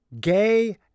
gay